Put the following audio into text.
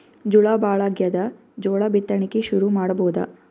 ಝಳಾ ಭಾಳಾಗ್ಯಾದ, ಜೋಳ ಬಿತ್ತಣಿಕಿ ಶುರು ಮಾಡಬೋದ?